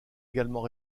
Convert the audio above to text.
également